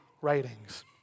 writings